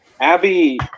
Abby